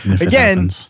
Again